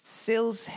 sales